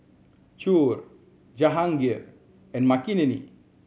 Choor Jahangir and Makineni